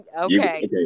Okay